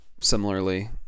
similarly